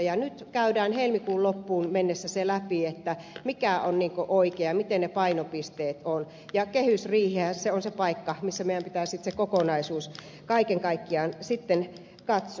ja nyt käydään helmikuun loppuun mennessä läpi mikä on niin kuin oikein ja miten ne painopisteet ovat ja kehysriihihän on se paikka missä meidän pitää se kokonaisuus kaiken kaikkiaan sitten katsoa